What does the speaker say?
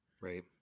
Right